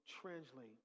translate